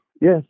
Yes